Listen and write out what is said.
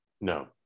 no